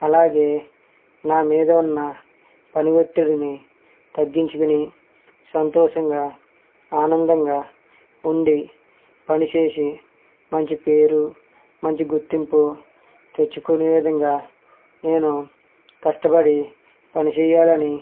అలాగే నా మీద ఉన్న పని ఒత్తిడిని తగ్గించుకుని సంతోషంగా ఆనందంగా ఉండి పనిచేసి మంచి పేరు మంచి గుర్తింపు తెచ్చుకునే విధంగా నేను కష్టపడి పని చేయాలని